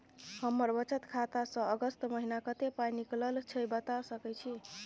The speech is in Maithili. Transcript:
हमर बचत खाता स अगस्त महीना कत्ते पाई निकलल छै बता सके छि?